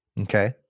Okay